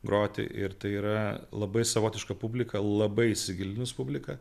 groti ir tai yra labai savotiška publika labai įsigilinus publika